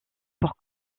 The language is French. pour